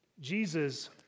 Jesus